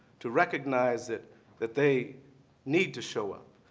to recognize that that they need to show up,